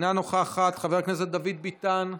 אינה נוכחת, חבר הכנסת דוד ביטן,